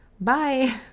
Bye